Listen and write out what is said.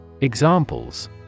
Examples